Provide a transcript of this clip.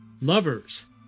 Lovers